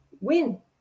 Win